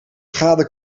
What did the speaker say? schade